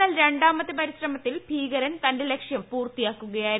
എന്നാൽ രണ്ടാമത്തെ പരിശ്രമത്തിൽ ഭീകരൻ തന്റെ ലക്ഷ്യം പൂർത്തിയാക്കുകയായിരുന്നു